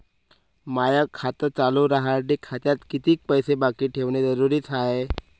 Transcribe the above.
माय खातं चालू राहासाठी खात्यात कितीक पैसे बाकी ठेवणं जरुरीच हाय?